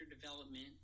development